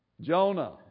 Jonah